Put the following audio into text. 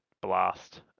blast